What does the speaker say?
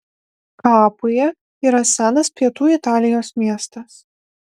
kapuja yra senas pietų italijos miestas